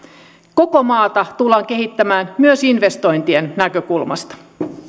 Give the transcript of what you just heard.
koko maata tullaan kehittämään myös investointien näkökulmasta